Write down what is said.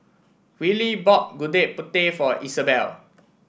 Wiley bought Gudeg Putih for Isabel